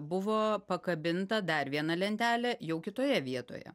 buvo pakabinta dar viena lentelė jau kitoje vietoje